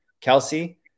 Kelsey